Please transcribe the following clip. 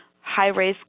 high-risk